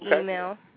email